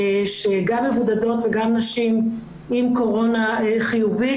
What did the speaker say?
גם מבודדות וגם נשים עם קורונה חיובית,